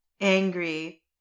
angry